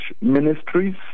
ministries